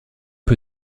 peu